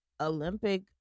Olympic